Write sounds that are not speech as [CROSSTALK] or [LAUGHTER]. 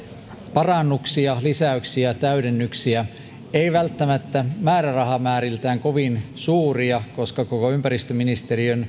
parannuksia lisäyksiä täydennyksiä ei välttämättä määrärahamääriltään kovin suuria koska koko ympäristöministeriön [UNINTELLIGIBLE]